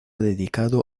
dedicado